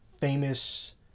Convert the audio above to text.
famous